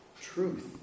truth